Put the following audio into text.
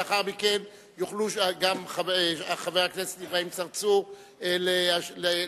ולאחר מכן יוכל חבר הכנסת צרצור להוסיף,